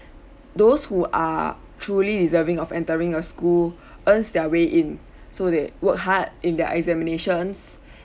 those who are truly deserving of entering a school earns their way in so they work hard in their examinations